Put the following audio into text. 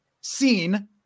seen